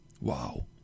Wow